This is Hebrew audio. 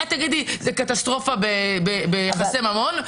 את תגידי שזה קטסטרופה ביחסי ממון,